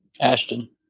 Ashton